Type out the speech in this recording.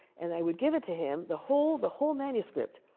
and i would give it to him, the whole, the whole manuscript,